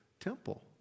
temple